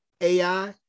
AI